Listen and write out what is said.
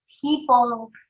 people